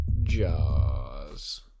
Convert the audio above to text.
Jaws